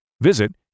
visit